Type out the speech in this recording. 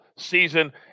season